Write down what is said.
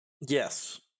Yes